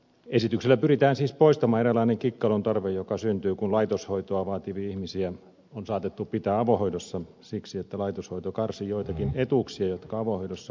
esityksellä pyritään siis poistamaan eräänlainen kikkailun tarve joka syntyy kun laitoshoitoa vaativia ihmisiä on saatettu pitää avohoidossa siksi että laitoshoito karsii joitakin etuuksia jotka avohoidossa olevalle tulevat